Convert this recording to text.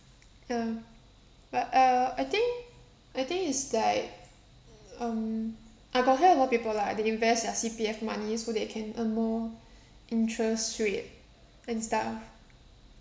uh but err I think I think it's like um I got hear a lot of people lah they invest their C_P_F money so they can earn more interest rate and stuff